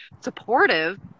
supportive